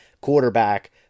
quarterback